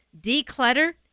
declutter